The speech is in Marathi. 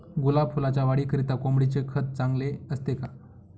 गुलाब फुलाच्या वाढीकरिता कोंबडीचे खत चांगले असते का?